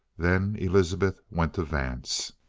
then elizabeth went to vance.